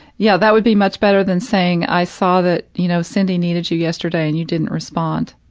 yeah, that would be much better than saying, i saw that, you know, cindy needed you yesterday and you didn't respond,